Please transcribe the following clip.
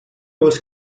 was